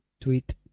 Tweet